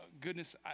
goodness